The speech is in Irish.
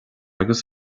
agus